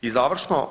I završno.